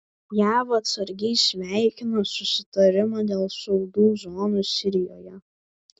jav atsargiai sveikina susitarimą dėl saugių zonų sirijoje